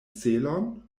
celon